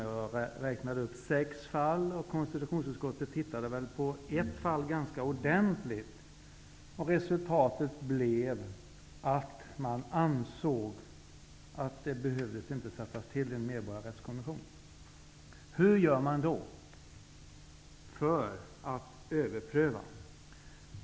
Jag räknade upp sex fall, och konstitutionsutskottet tittade väl ganska ordentligt på ett fall. Resultatet blev att utskottet ansåg att en medborgarrättskommission inte behövde tillsättas. Hur gör man då för att överpröva?